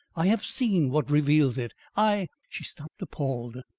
i have seen what reveals it. i she stopped appalled.